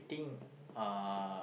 think uh